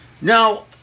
now